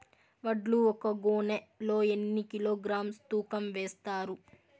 వడ్లు ఒక గోనె లో ఎన్ని కిలోగ్రామ్స్ తూకం వేస్తారు?